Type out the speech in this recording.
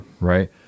Right